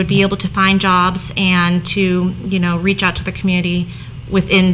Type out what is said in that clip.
would be able to find jobs and to you know reach out to the community within